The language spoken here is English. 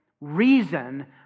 reason